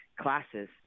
classes